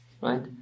Right